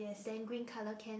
then green colour can